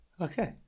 Okay